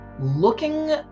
looking